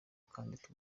kandi